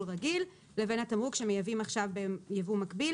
רגיל לבין התמרוק שמייבאים עכשיו בייבוא מקביל.